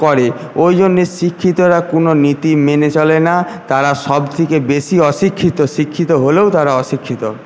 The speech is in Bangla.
করে ওই জন্যে শিক্ষিতরা কোনো নীতি মেনে চলে না তারা সব থেকে বেশী অশিক্ষিত শিক্ষিত হলেও তারা অশিক্ষিত